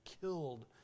killed